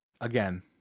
again